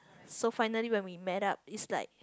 so finally when we met up is like